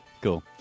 Cool